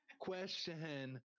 question